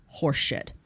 horseshit